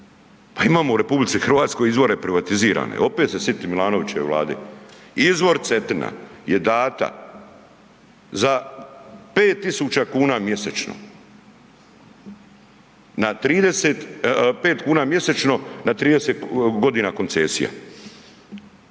Pa imamo u RH izvore privatizirane opet se sitim Milanovićeva vlade. Izvor Cetina je dana za 5.000 kuna mjesečno na 30, 5 kuna mjesečno na 30 godina koncesije.